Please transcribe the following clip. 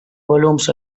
volums